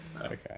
Okay